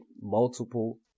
multiple